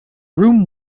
room